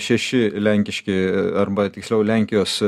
šeši lenkiški arba tiksliau lenkijos